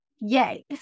yay